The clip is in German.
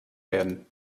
werden